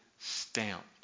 Stamped